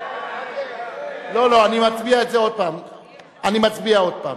מצביע עוד פעם,